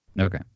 okay